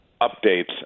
updates